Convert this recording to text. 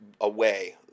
away